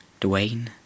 Dwayne